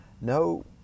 no